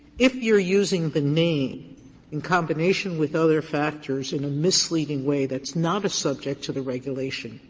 if you're using the name in combination with other factors in a misleading way that's not a subject to the regulation,